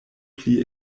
pli